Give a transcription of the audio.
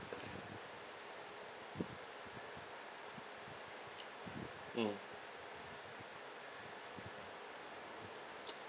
mm